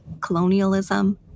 colonialism